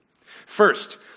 First